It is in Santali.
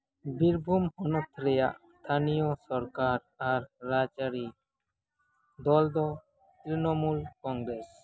ᱵᱤᱨᱵᱷᱩᱢ ᱦᱚᱱᱚᱛ ᱨᱮᱭᱟᱜ ᱥᱛᱷᱟᱱᱤᱭᱚ ᱥᱚᱨᱠᱟᱨ ᱟᱨ ᱨᱟᱡᱽᱟᱹᱨᱤ ᱫᱚᱞ ᱫᱚ ᱛᱨᱤᱱᱚᱢᱩᱞ ᱠᱚᱝᱜᱨᱮᱥ